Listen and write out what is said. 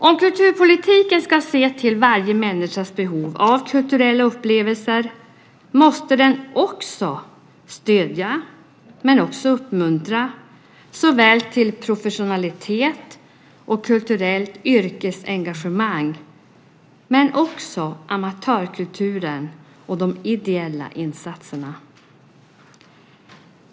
Om kulturpolitiken ska se till varje människas behov av kulturella upplevelser måste den också stödja och uppmuntra såväl professionalitet och kulturellt yrkesengagemang som amatörkulturen och de ideella insatserna.